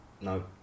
no